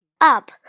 up